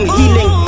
healing